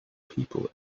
people